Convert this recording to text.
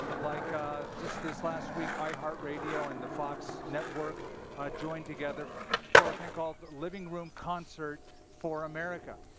like ah just this last week, i heart radio and the fox network joined together for a thing called living room concert for america.